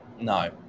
no